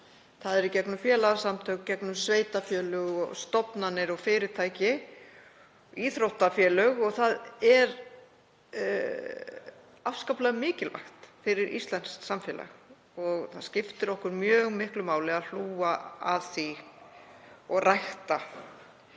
Það er í gegnum félagasamtök, gegnum sveitarfélög, stofnanir, fyrirtæki og íþróttafélög. Það er afskaplega mikilvægt fyrir íslenskt samfélag og það skiptir okkur mjög miklu máli að hlúa að því og rækta.